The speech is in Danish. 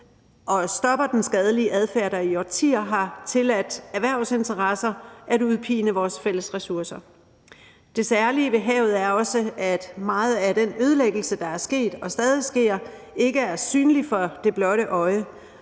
og stopper den skadelige adfærd, der i årtier har tilladt erhvervsinteresser at udpine vores fælles ressourcer. Det særlige ved havet er også, at meget af den ødelæggelse, der er sket og stadig sker, ikke er synlig for det blotte øje,